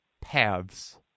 paths